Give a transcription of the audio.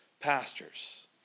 pastors